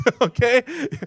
okay